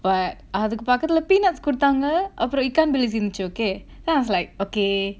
but அதுக்கு பக்கத்துல:athukku pakkathula peanuts குடுத்தாங்க அப்பறம்:kuduthaanga apparam ikan bilis இருந்ச்சு:irunchu okay then I was like okay